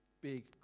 big